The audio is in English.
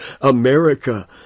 America